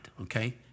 okay